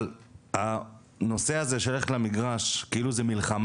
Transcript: אבל הנושא הזה של ללכת למגרש כאילו זה מלחמה,